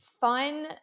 fun